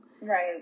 Right